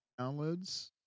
downloads